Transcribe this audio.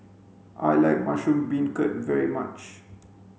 I like mushroom beancurd very much